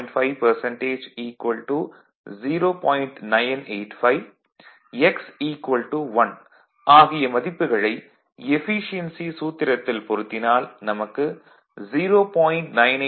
985 x 1 ஆகிய மதிப்புகளை efficiency சூத்திரத்தில் பொருத்தினால் நமக்கு 0